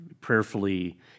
prayerfully